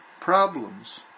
problems